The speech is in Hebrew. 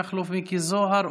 מכלוף מיקי זוהר,